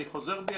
אני חוזר בי.